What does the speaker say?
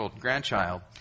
grandchild